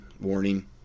warning